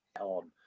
on